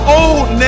old